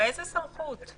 באיזה סמכות?